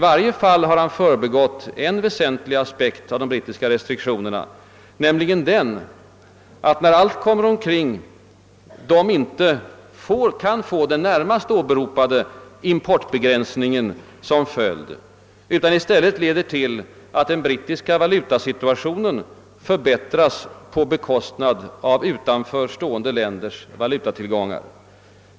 I varje fall har han förbigått en väsentlig aspekt av de brittiska restriktionerna, nämligen den att när allt kommer omkring de förmodligen inte resulterar i den närmast åberopade importbegränsningen, utan i stället leder till att den brittiska valutasituationen = förbättras på bekostnad av utanför stående länders valutatillgångar.